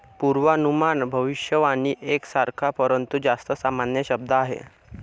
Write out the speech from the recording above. पूर्वानुमान भविष्यवाणी एक सारखा, परंतु जास्त सामान्य शब्द आहे